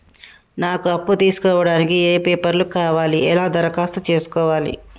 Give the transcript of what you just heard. నాకు అప్పు తీసుకోవడానికి ఏ పేపర్లు కావాలి ఎలా దరఖాస్తు చేసుకోవాలి?